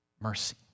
Mercy